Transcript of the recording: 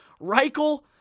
Reichel